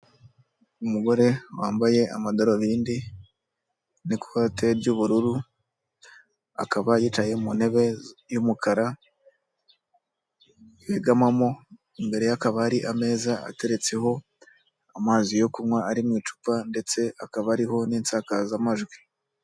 Umugore wambaye amadarubindi n'ikote ry'ubururu, akaba yicaye mu ntebe y'umukara, begamamo, imbere ye hakaba hari ameza ateretseho amazi yo kunywa ari mu icupa ndetse akaba ariho n'insakazamajwi.